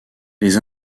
les